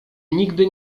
nigdy